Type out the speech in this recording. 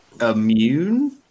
immune